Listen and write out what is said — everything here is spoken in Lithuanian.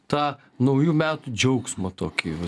tą naujų metų džiaugsmą tokį